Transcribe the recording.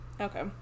okay